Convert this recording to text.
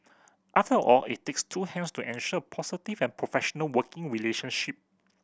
after all it takes two hands to ensure positive and professional working relationship